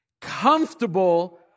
comfortable